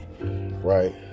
Right